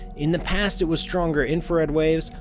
in the past it was stronger infrared waves,